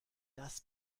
das